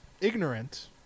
Ignorant